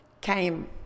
came